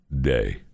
day